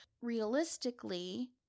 Realistically